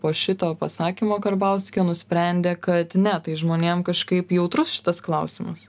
po šito pasakymo karbauskio nusprendė kad ne tai žmonėm kažkaip jautrus šitas klausimas